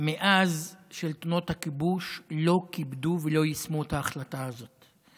מאז שלטונות הכיבוש לא כיבדו ולא יישמו את ההחלטה הזאת,